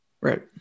Right